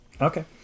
Okay